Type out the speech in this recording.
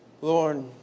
Lord